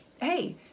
hey